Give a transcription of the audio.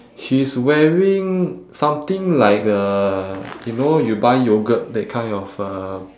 she's wearing something like a you know you buy yoghurt that kind of uh